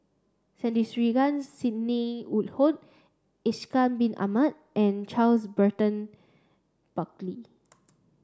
Sandrasegaran Sidney Woodhull Ishak bin Ahmad and Charles Burton Buckley